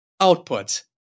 outputs